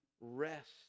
rest